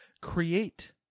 create